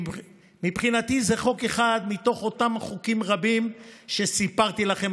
מבחינתי זה חוק אחד מתוך אותם חוקים רבים שסיפרתי לכם